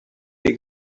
your